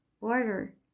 order